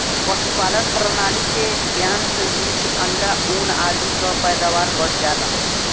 पशुपालन प्रणाली के ज्ञान से मीट, अंडा, ऊन आदि कअ पैदावार बढ़ जाला